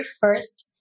first